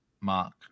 mark